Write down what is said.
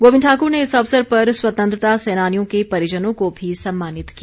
गोबिंद ठाकुर ने इस अवसर पर स्वतंत्रता सैनानियों के परिजनों को भी सम्मानित किया